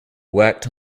worked